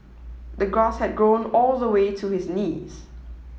the grass had grown all the way to his knees